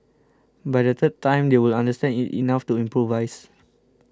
by the third time they will understand it enough to improvise